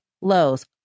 lows